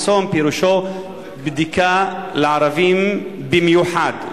מחסום פירושו בדיקה לערבים במיוחד,